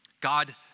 God